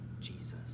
jesus